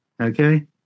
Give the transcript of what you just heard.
Okay